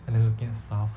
and then looking at stuff